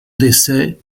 décès